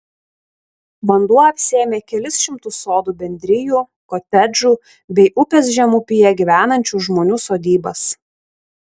vanduo apsėmė kelis šimtus sodų bendrijų kotedžų bei upės žemupyje gyvenančių žmonių sodybas